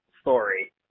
story